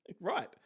right